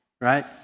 right